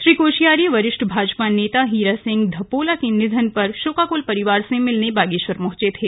श्री कोश्यारी वरिष्ठ भाजपा नेता हीरा सिंह धपोला के निधन पर शोकाकुल परिवार से मिलने बागेश्वर पहुंचे थे